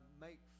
make